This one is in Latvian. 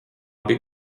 abi